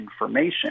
information